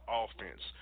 offense